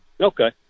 Okay